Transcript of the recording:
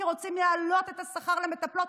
כי רוצים להעלות את השכר למטפלות,